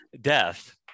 Death